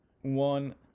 one